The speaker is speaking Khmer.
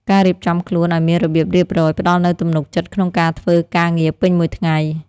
ការរៀបចំខ្លួនឱ្យមានរបៀបរៀបរយ ផ្តល់នូវទំនុកចិត្តក្នុងការធ្វើការងារពេញមួយថ្ងៃ។